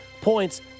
points